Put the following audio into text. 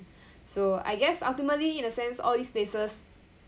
so I guess ultimately in a sense all these places